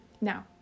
Now